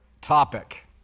topic